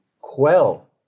quell